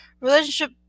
relationship